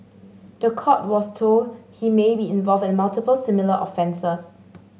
the court was told he may be involved in multiple similar offences